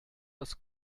dass